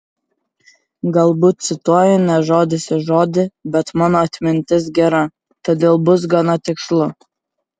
galbūt cituoju ne žodis į žodį bet mano atmintis gera todėl bus gana tikslu